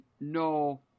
no